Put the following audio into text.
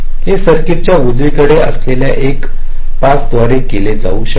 हे सर्किट च्या उजवीकडे असलेल्या एका पास द्वारे केले जाऊ शकते